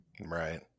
Right